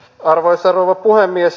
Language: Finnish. arvoisa rouva puhemies